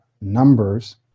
numbers